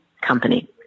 company